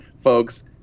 folks